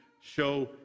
show